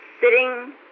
sitting